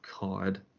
God